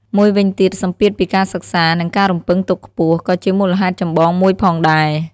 មួយវិញទៀតសម្ពាធពីការសិក្សា និងការរំពឹងទុកខ្ពស់ ក៏ជាមូលហេតុចម្បងមួយផងដែរ។